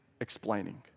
explaining